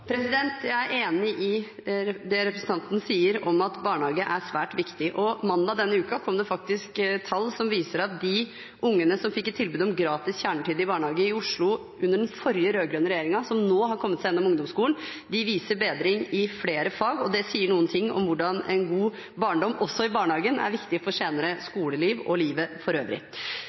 Jeg er enig i det representanten sier om at barnehage er svært viktig. Mandag denne uka kom det faktisk tall som viser at de ungene som fikk et tilbud om gratis kjernetid i barnehagen i Oslo under den forrige rød-grønne regjeringen, og som nå har kommet seg gjennom ungdomsskolen, viser bedring i flere fag. Det sier noe om hvordan en god barndom også i barnehagen er viktig for senere skoleliv og livet for øvrig.